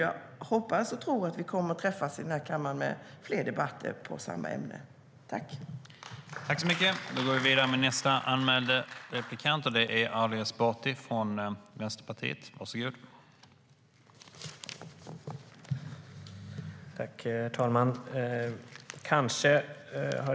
Jag hoppas och tror att vi kommer att träffas i den här kammaren för fler debatter om samma ämne.